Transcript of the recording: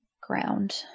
ground